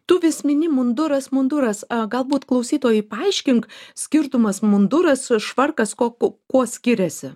tu vis mini munduras munduras galbūt klausytojui paaiškink skirtumas munduras švarkas ko ko kuo skiriasi